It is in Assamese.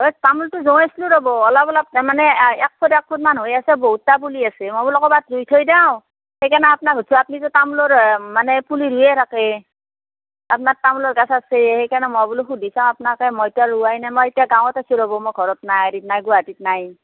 এই তামোলটো ৰ'ব অলপ অলপ তাৰমানে এক ফুট এক ফুটমান হৈ আছে বহুতটা পুলি আছে মই বোলো ক'ৰবাত ৰুই থৈ যাওঁ সেইকাৰণে আপোনাক সুধিছোঁ আপুনি যে তামোলৰ এ মানে পুলি ৰুয়েই থাকে আপোনাৰ তামোলৰ গছ আছে সেইকাৰণে মই বোলো সুধি চাওঁ আপোনাকে মইতো ৰুৱাই নাই মই এতিয়া গাঁৱত আছোঁ ৰ'ব মই ঘৰত নাই গুৱাহাটীত নাই